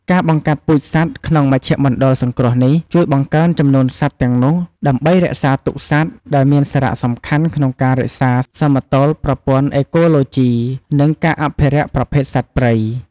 ការបង្កាត់ពូជសត្វក្នុងមជ្ឈមណ្ឌលសង្គ្រោះនេះ ជួយបង្កើនចំនួនសត្វទាំងនោះ ដើម្បីរក្សាទុកសត្វ ដែលមានសារៈសំខាន់ក្នុងការរក្សាសមតុល្យប្រព័ន្ធអេកូឡូជី និងការអភិរក្សប្រភេទសត្វព្រៃ។